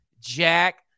jack